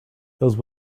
those